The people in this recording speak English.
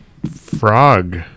Frog